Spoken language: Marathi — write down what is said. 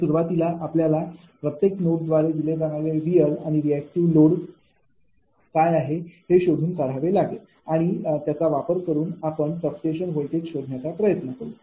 तर सुरुवातीला आपल्याला प्रत्येक नोडद्वारे दिले जाणारे रियल आणि रिअँक्टिव पॉवर लोड काय आहे हे शोधून काढावे लागेल आणि त्याचा वापर करून आपण सबस्टेशन व्होल्टेज शोधण्याचा प्रयत्न करू